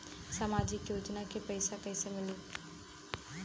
सामाजिक योजना के पैसा कइसे मिली?